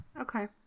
Okay